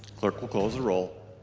clerk will close the roll.